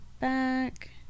back